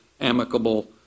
amicable